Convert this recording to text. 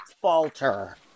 falter